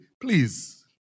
Please